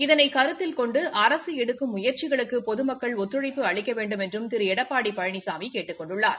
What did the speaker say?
இதனை கருத்தில் கொண்டு அரசு எடுக்கும் முயற்சிகளுக்கு பொதுமக்கள் ஒத்துழைப்பு அளிக்க வேண்டுமென்றும் திரு எடப்பாடி பழனிசாமி கேட்டுக் கொண்டுள்ளார்